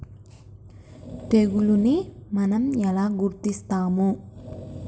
తెగులుని మనం ఎలా గుర్తిస్తాము?